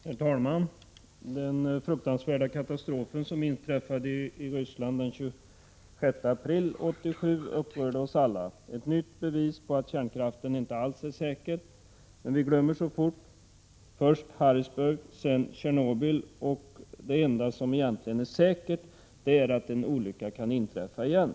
Herr talman! Den fruktansvärda katastrof som inträffade i Ryssland den 26 april 1986 upprörde oss alla — ett nytt bevis på att kärnkraften inte alls är säker. Men vi glömmer så fort: först Harrisburg, sedan Tjernobyl. Det enda — Prot. 1986/87:127 som egentligen är säkert är att en olycka kan inträffa igen.